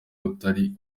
utari